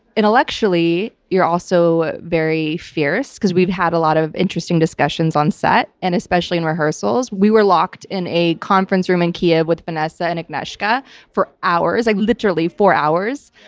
intellectually, you're also very fierce because we've had a lot of interesting discussions on set and especially in rehearsals. we were locked in a conference room in kyiv with vanessa and agnieszka for hours. like literally four hours,